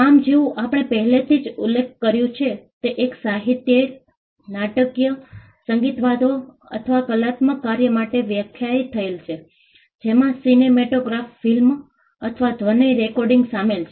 કામ જેવું આપણે પહેલેથી જ ઉલ્લેખ કર્યું છે તે એક સાહિત્યિક નાટકીય સંગીતવાદ્યો અથવા કલાત્મક કાર્ય માટે વ્યાખ્યાયિત થયેલ છે જેમાં સિનેમેટોગ્રાફ ફિલ્મ અથવા ધ્વનિ રેકોર્ડિંગ શામેલ છે